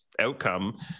outcome